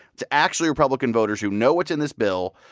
it's actually republican voters who know what's in this bill,